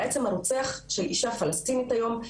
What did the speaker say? הרוצח של אישה פלשתינאית היום,